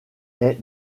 ait